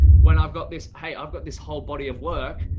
when i've got this, hey, i've got this whole body of work.